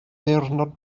ddiwrnod